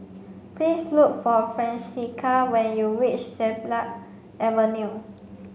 please look for Francisca when you reach Siglap Avenue